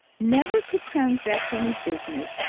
never could transact any business,